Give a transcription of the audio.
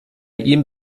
ihm